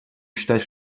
считать